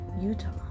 Utah